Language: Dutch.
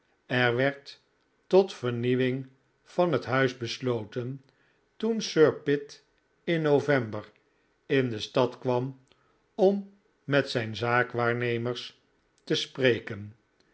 er werd tot vernieuwing van het huis besloten toen sir pitt in november in de stad kwam om met zijn zaakwaarnemers te spreken